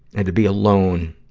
and to be alone,